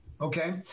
okay